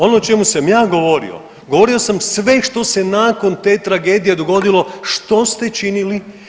Ono o čemu sam ja govorio, govorio sam sve što se nakon te tragedije dogodilo što ste činili.